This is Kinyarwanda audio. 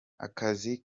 akazi